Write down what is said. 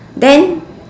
then